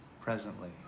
presently